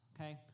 okay